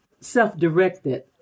self-directed